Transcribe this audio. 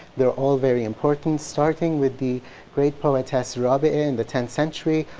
they're all very important starting with the great poetess r ah bi'a in the tenth century,